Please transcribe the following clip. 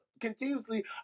continuously